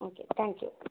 okay thank you